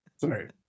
Sorry